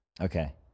Okay